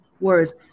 words